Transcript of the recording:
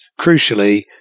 crucially